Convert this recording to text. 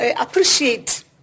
appreciate